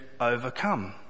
overcome